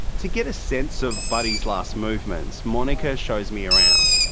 to get a sense of buddy's last movements, monica shows me around.